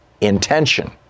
intention